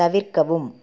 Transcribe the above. தவிர்க்கவும்